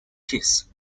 kiss